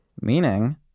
Meaning